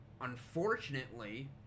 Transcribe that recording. unfortunately